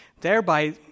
Thereby